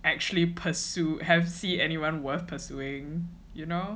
actually pursue have see anyone worth pursuing you know